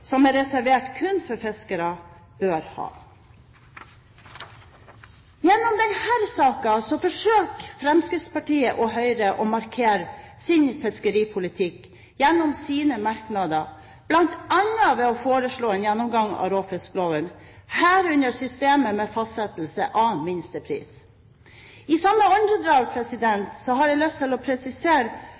som er reservert kun for fiskere, bør ha. I denne saken forsøker Fremskrittspartiet og Høyre å markere sin fiskeripolitikk gjennom sine merknader, bl.a. ved å foreslå en gjennomgang av råfiskloven, herunder systemet med fastsettelse av minstepris. I samme åndedrag har jeg lyst til å presisere